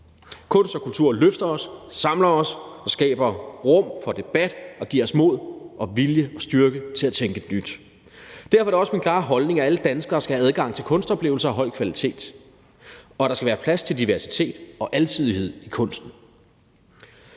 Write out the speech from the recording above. Kunst og kultur løfter os, samler os og skaber rum for debat og giver os mod, vilje og styrke til at tænke nyt. Derfor er det også min klare holdning, at alle danskere skal have adgang til kunstoplevelser af høj kvalitet, og at der skal være plads til diversitet og alsidighed i kunsten.